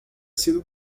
sido